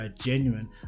genuine